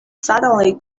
suddenly